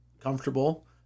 comfortable